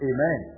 Amen